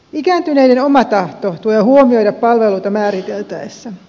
ikääntyneiden oma tahto tulee huomioida palveluita määriteltäessä